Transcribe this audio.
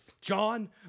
John